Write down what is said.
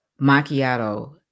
macchiato